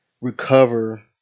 recover